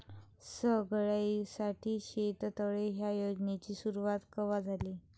सगळ्याइसाठी शेततळे ह्या योजनेची सुरुवात कवा झाली?